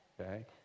okay